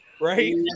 Right